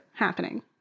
happening